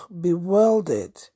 bewildered